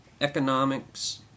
economics